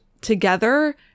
together